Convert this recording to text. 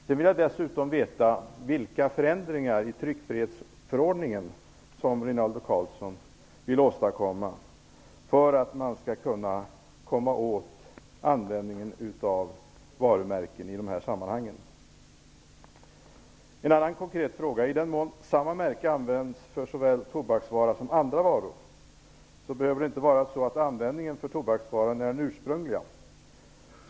Jag vill dessutom veta: Vilka förändringar i tryckfrihetsförordningen vill Rinaldo Karlsson åstadkomma för att man skall kunna komma åt användningen av varumärken i dessa sammanhang. Jag har en annan konkret fråga. I den mån samma märke används för såväl tobaksvara som för andra varor behöver inte användningen för tobaksvaran vara den ursprungliga.